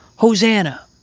Hosanna